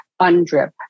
UNDRIP